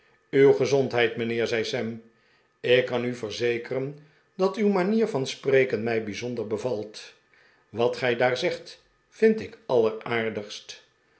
uw gezondheid mijnheer zei sam ik kan u verzekeren dat uw manier van spreken mij bij zonder bevalt wat gij daar zegt vind ik